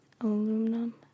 aluminum